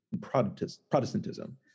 Protestantism